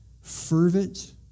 fervent